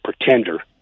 pretender